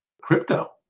crypto